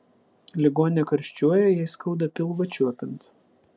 ligonė karščiuoja jai skauda pilvą čiuopiant